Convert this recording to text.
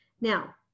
Now